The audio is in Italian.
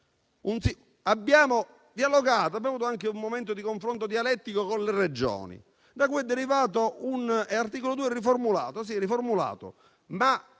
Abbiamo avuto anche un momento di confronto dialettico con le Regioni, da cui è derivato un articolo 2 riformulato -